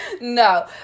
No